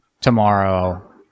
tomorrow